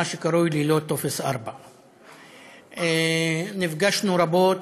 מה שקרוי ללא טופס 4. נפגשנו רבות,